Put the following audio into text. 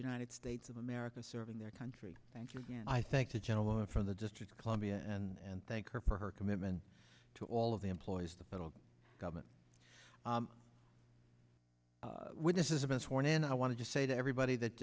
united states of america serving their country thank you i thank the gentleman from the district of columbia and thank her for her commitment to all of the employees the federal government witnesses have been sworn in and i want to just say to everybody that